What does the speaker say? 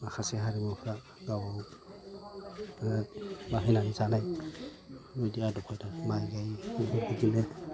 माखासे हारिमुफ्रा गाव लाहैनानै जानाय माइ गायो बिदिनो